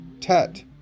Tet